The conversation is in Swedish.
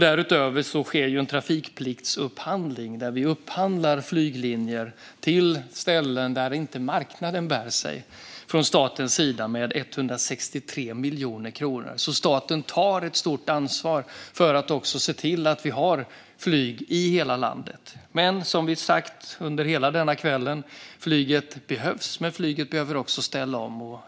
Därutöver sker en trafikpliktsupphandling där staten upphandlar flyglinjer där inte marknaden bär sig för 163 miljoner kronor. Staten tar alltså ett stort ansvar för att det ska finnas flyg i hela landet. Precis som vi sagt här i kväll behövs flyget, men flyget behöver också ställa om.